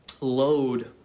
load